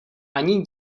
ani